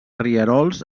rierols